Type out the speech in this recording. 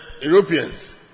Europeans